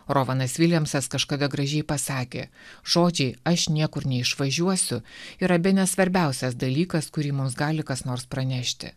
rovanas viljamsas kažkada gražiai pasakė žodžiai aš niekur neišvažiuosiu yra bene svarbiausias dalykas kurį mums gali kas nors pranešti